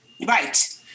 Right